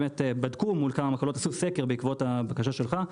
בדקו ועשו סקר בהתאם לבקשה שלך,